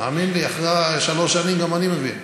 האמן לי, אחרי שלוש שנים גם אני מבין.